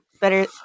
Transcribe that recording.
better